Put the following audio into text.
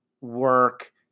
work